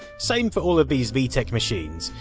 same for all ah these vtech machines.